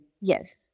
yes